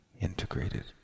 integrated